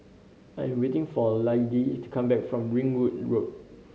I'm waiting for Lidie to come back from Ringwood Road